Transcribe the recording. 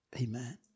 Amen